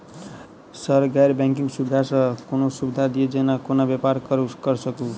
Sir गैर banking सुविधा सँ कोनों सुविधा दिए जेना कोनो व्यापार करऽ सकु?